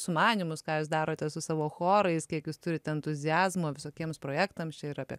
sumanymus ką jūs darote su savo chorais kiek jūs turit entuziazmo visokiems projektams čia ir apie